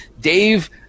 dave